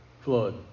flood